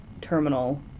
terminal